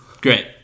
Great